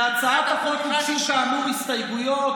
להצעת החוק הוגשו, כאמור, הסתייגויות.